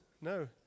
No